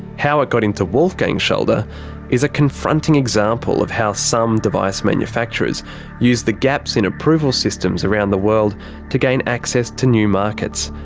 how it got into wolfgang's shoulder is a confronting example of how some device manufacturers use the gaps in approvals systems around the world to gain access to new markets.